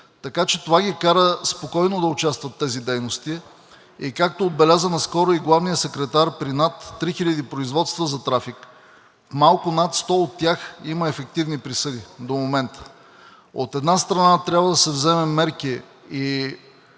Така че това ги кара спокойно да участват в тези дейности и както отбеляза наскоро и главният секретар, при над 3000 производства за трафик до момента по малко над 100 от тях има ефективни присъди. От една страна трябва да се вземат мерки и